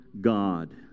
God